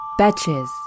Betches